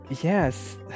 yes